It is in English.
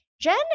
Jen